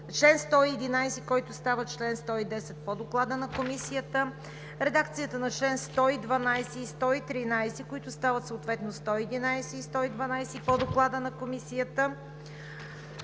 чл. 111, който става чл. 110 по Доклада на Комисията; редакцията на чл. 112 и 113, които стават съответно чл. 111 и 112 по Доклада на Комисията;